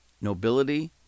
nobility